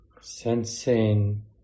sensing